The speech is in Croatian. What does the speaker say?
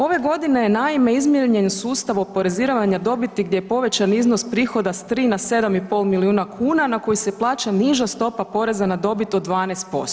Ove godine naime je izmijenjen sustav oporezivanja dobiti gdje je povećan iznos prihoda sa 3 na 7,5 milijun kuna na koji se plaća niža stopa poreza na dobit od 12%